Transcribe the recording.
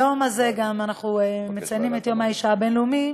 ביום הזה אנחנו גם מציינים את יום האישה הבין-לאומי,